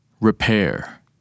Repair